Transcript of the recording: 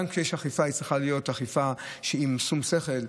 גם כשיש אכיפה היא צריכה להיות אכיפה בשום שכל,